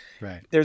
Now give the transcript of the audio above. Right